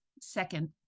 second